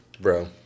Bro